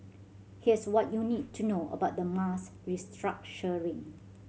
here's what you need to know about the mass restructuring